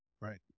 Right